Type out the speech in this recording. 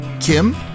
Kim